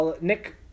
Nick